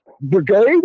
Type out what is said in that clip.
brigade